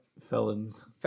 Felons